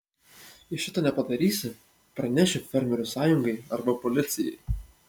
jei šito nepadarysi pranešiu fermerių sąjungai arba policijai